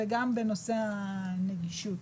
וגם בנושא הנגישות.